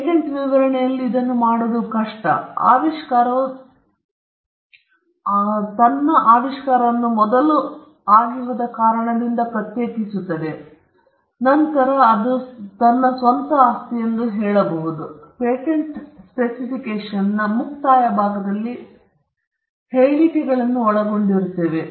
patent ವಿವರಣೆಯಲ್ಲಿ ಇದನ್ನು ಮಾಡಲಾಗುವುದು ಮತ್ತು ಆವಿಷ್ಕಾರವು ತನ್ನ ಆವಿಷ್ಕಾರವನ್ನು ಮೊದಲು ಹೋದ ಕಾರಣದಿಂದ ಪ್ರತ್ಯೇಕಿಸುತ್ತದೆ ನಂತರ ಅವನು ತನ್ನ ಸ್ವಂತ ಆಸ್ತಿ ಎಂದು ಏನೋ ಹೇಳುತ್ತಾನೆ ಪೇಟೆಂಟ್ ಸ್ಪೆಸಿಫಿಕೇಶನ್ನ ಮುಕ್ತಾಯದ ಭಾಗದಲ್ಲಿ ನಾನು ಹೇಳಿದಂತೆ ನಾವು ಹೇಳಿಕೆಗಳನ್ನು ಕರೆಯುತ್ತಿದ್ದೇನೆ ಎಂದು ನಾನು ಹೇಳಿದ್ದನ್ನು ಅದು ಒಳಗೊಂಡಿದೆ